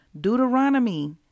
Deuteronomy